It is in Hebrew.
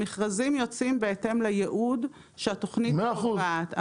המכרזים יוצאים בהתאם לייעוד שהתכנית קובעת,